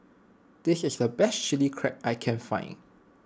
this is the best Chili Crab that I can find